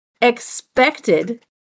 expected